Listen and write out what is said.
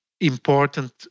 important